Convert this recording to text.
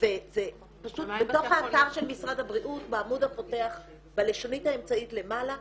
וזה פשוט בתוך האתר של משרד הבריאות בעמוד הפותח בלשונית האמצעית למעלה,